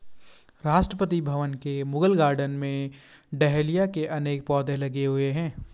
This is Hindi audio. राष्ट्रपति भवन के मुगल गार्डन में डहेलिया के अनेक पौधे लगे हुए हैं